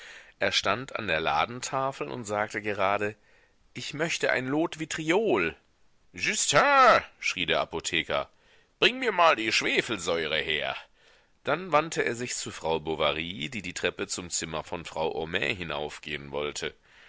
er stand an der ladentafel und sagte gerade ich möchte ein lot vitriol justin schrie der apotheker bring mir mal die schwefelsäure her dann wandte er sich zu frau bovary die die treppe zum zimmer von frau homais hinaufgehen wollte